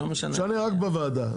משנה רק בוועדה.